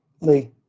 Lee